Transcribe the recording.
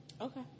Okay